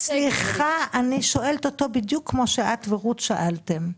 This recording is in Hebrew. סליחה, אני שואלת אותו בדיוק כמו שאת ורות שאלתם.